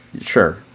Sure